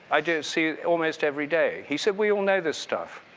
i do see almost everyday. he said, we all know this stuff.